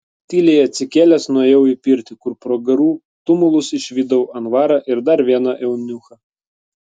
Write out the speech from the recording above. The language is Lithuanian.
tyliai atsikėlęs nuėjau į pirtį kur pro garų tumulus išvydau anvarą ir dar vieną eunuchą